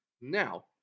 Now